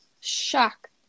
shock